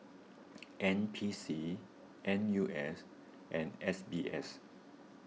N P C N U S and S B S